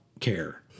care